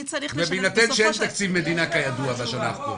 ובהינתן שיש תקציב מדינה כידוע בשנה הקרובה.